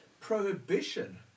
prohibition